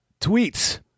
Tweets